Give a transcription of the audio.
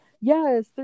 Yes